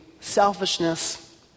selfishness